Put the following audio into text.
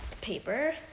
paper